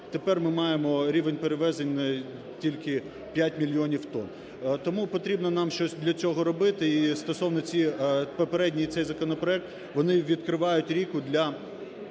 тепер ми маємо рівень перевезення тільки 5 мільйонів тонн. Тому потрібно нам щось для цього робити. І стосовно… попередній цей законопроект, вони відкривають ріку для